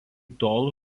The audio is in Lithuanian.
tol